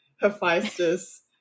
Hephaestus